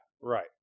right